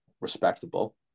respectable